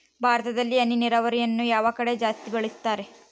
ಭಾರತದಲ್ಲಿ ಹನಿ ನೇರಾವರಿಯನ್ನು ಯಾವ ಕಡೆ ಜಾಸ್ತಿ ಬಳಸುತ್ತಾರೆ?